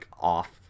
off